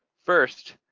first,